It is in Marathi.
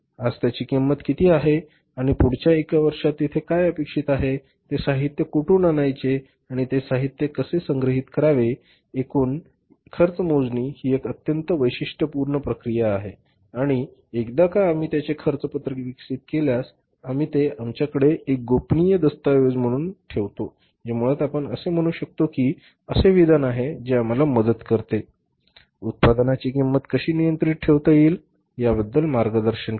आज त्यांची किंमत किती आहे आणि पुढच्या एक वर्षात तिथे काय अपेक्षित आहे ते साहित्य कोठून आणायचे आणि ते साहित्य कसे संग्रहित करावे एकूण खर्च मोजणी ही एक अत्यंत वैशिष्ट्यपूर्ण प्रक्रिया आहे आणि एकदा का आम्ही त्यांचे खर्च पत्रक विकसित केल्यास आम्ही ते आमच्याकडे एक गोपनीय दस्तऐवज म्हणून ठेवतो जे मुळात आपण असे म्हणू शकताे कि हे असे विधान आहे जे आम्हाला मदत करते उत्पादनाची किंमत कशी नियंत्रित ठेवता येईल याबद्दल मार्गदर्शन करते